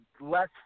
less